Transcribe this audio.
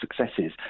successes